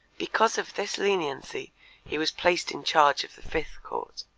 because of this leniency he was placed in charge of the fifth court.